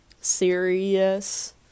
serious